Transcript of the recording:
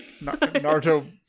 Naruto